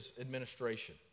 administration